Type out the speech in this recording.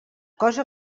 cosa